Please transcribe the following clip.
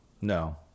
No